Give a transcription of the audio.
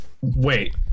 Wait